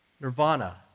Nirvana